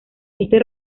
este